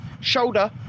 shoulder